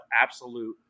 absolute